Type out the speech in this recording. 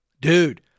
Dude